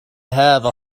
هذا